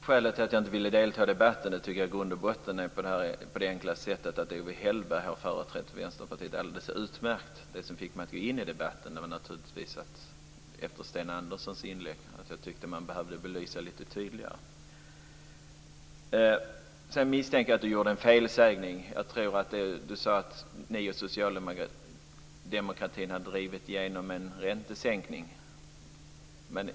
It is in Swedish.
Fru talman! Skälet till att jag inte ville delta i debatten var helt enkelt att Owe Hellberg har företrätt Vänsterpartiet alldeles utmärkt. Det som fick mig att gå in i debatten var att jag efter Sten Anderssons inlägg tyckte att frågan behövde belysas lite tydligare. Jag misstänker att Rigmor Ahlstedt gjorde en felsägning. Hon sade att man tillsammans med socialdemokraterna har drivit igenom en räntesänkning.